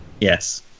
Yes